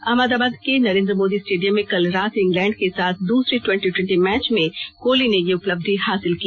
अहमदाबाद के नरेन्द्र मोदी स्टेडियम में कल रात इंग्लैंड के साथ दूसरे ट्वेंटी ट्वेंटी मैच में कोहली ने यह उपलबधि हासिल की